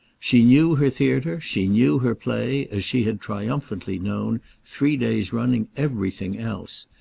she knew her theatre, she knew her play, as she had triumphantly known, three days running, everything else,